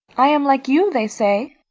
i am like you, they say.